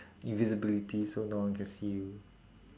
invisibility so no one can see you